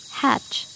hatch